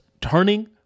turning